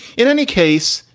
in any case,